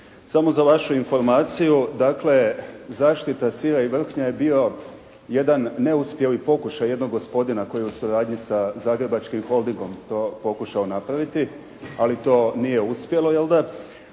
Samo za vašu informaciju dakle zaštita sira i vrhnja je bio jedan neuspjeli pokušaj jednog gospodina koji je u suradnji sa Zagrebačkim holdingom to pokušao napraviti ali to nije uspjelo jelda?